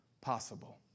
possible